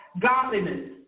godliness